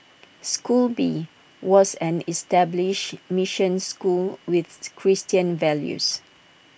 school B was an established mission school with Christian values